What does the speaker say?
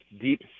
deep